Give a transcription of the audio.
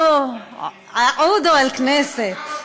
(בערבית: חבר הכנסת)